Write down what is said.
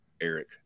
Eric